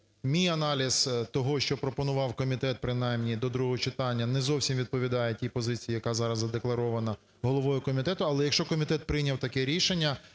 мій аналіз того, що пропонував комітет принаймні до другого читання, не зовсім відповідає тій позиції, яка зараз задекларована головою комітету, але якщо комітет прийняв таке рішення,